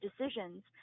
decisions